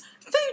food